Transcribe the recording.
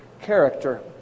character